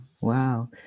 wow